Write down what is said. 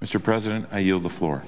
mr president i yield the floor